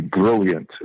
brilliant